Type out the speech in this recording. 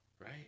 right